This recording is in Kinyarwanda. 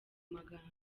magambo